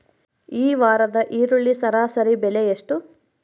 ಈ ವಾರದ ಈರುಳ್ಳಿ ಸರಾಸರಿ ಬೆಲೆ ಎಷ್ಟು?